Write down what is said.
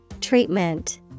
Treatment